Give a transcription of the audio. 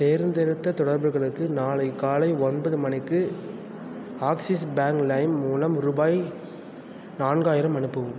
தேர்ந்தெடுத்த தொடர்புகளுக்கு நாளை காலை ஒன்பது மணிக்கு ஆக்ஸிஸ் பேங்க் லைம் மூலம் ரூபாய் நான்காயிரம் அனுப்பவும்